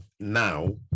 now